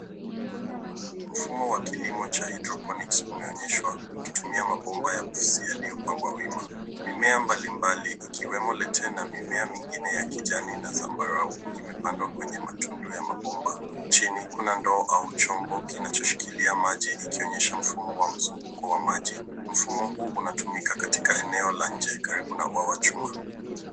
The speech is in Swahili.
Mfumo wa kilimo cha hydroponics umeonyeshwa ukitumia mabomba ya kusiali yaliyopangwa wima. Mimea mbalimbali ikiwemo lettuce na mimea mingine ya kijani na zambarau imepandwa kwenye matundu ya mabomba. Chini, kuna ndoo au chombo kinachoshikilia maji ikionyesha mfumo wa mzunguko wa maji. Mfumo huu unatumika katika eneo la nje karibu na ua wa chuma.